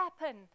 happen